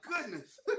goodness